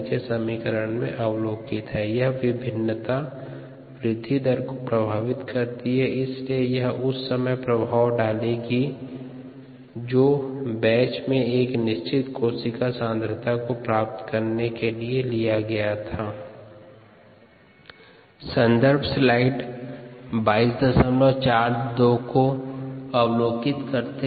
μmSKSS यह विभिन्नता वृद्धि दर को प्रभावित करती है इसलिए यह उस समय पर प्रभाव डालेगी जो बैच में एक निश्चित कोशिका सांद्रता को प्राप्त करने के लिए लिया जाता है